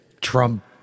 trump